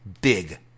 big